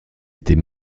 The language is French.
était